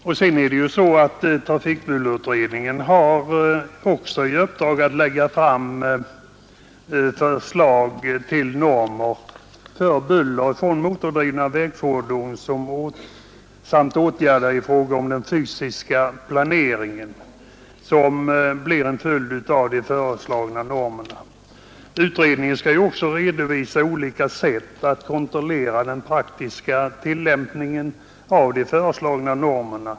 Vidare har trafikbullerutredningen i uppdrag att lägga fram förslag till normer för buller från bl.a. motordrivna vägfordon och åtgärder i fråga om den fysiska planering som blir en följd av de föreslagna normerna. Utredningen skall också redovisa olika sätt att kontrollera den praktiska tillämpningen av de föreslagna normerna.